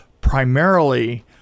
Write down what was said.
primarily